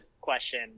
question